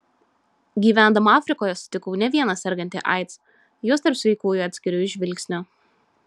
gyvendama afrikoje sutikau ne vieną sergantį aids juos tarp sveikųjų atskiriu iš žvilgsnio